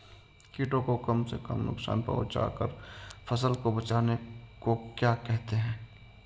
कीटों को कम से कम नुकसान पहुंचा कर फसल को बचाने को क्या कहते हैं?